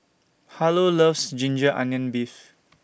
Harlow loves Ginger Onions Beef